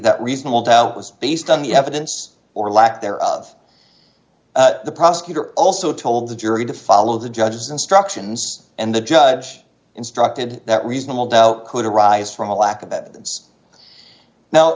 that reasonable doubt was based on the evidence or lack there of the prosecutor also told the jury to follow the judge's instructions and the judge instructed that reasonable doubt could arise from a lack of